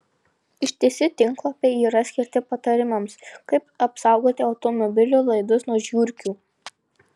ištisi tinklalapiai yra skirti patarimams kaip apsaugoti automobilių laidus nuo žiurkių